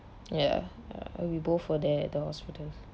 ya uh we both were there the hospital